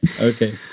okay